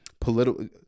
political